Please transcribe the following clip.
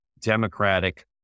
democratic